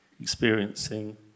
experiencing